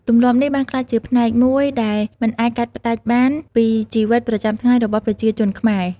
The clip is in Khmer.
ទម្លាប់នេះបានក្លាយជាផ្នែកមួយដែលមិនអាចកាត់ផ្ដាច់បានពីជីវិតប្រចាំថ្ងៃរបស់ប្រជាជនខ្មែរ។